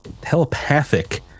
telepathic